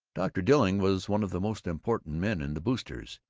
dr. dilling was one of the most important men in the boosters'.